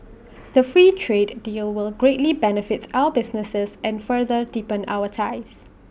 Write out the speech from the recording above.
the free trade deal will greatly benefit our businesses and further deepen our ties